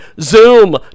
Zoom